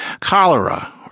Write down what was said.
Cholera